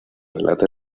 relata